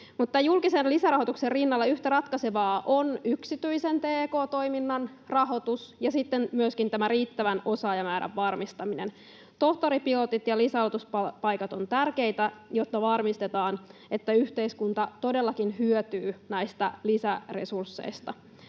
julkisen lisärahoituksen rinnalla yhtä ratkaisevaa on yksityisen tk-toiminnan rahoitus ja sitten myöskin riittävän osaajamäärän varmistaminen. Tohtoripilotit ja lisäaloituspaikat ovat tärkeitä, jotta varmistetaan, että yhteiskunta todellakin hyötyy näistä lisäresursseista.